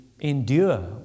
endure